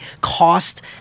cost